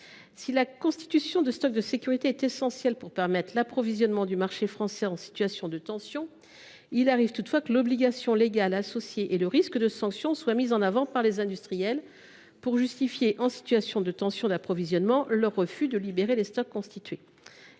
Si leur constitution est essentielle pour permettre l’approvisionnement du marché français en situation de tension, il arrive toutefois que l’obligation légale associée et le risque de sanction soient mis en avant par les industriels pour justifier, en pareille situation, leur refus de libérer les stocks constitués,